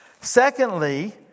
Secondly